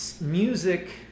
music